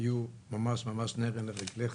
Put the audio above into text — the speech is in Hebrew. היו ממש נר לרגליך.